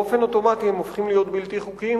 באופן אוטומטי הם הופכים להיות בלתי חוקיים,